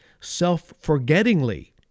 self-forgettingly